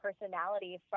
personality